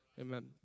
Amen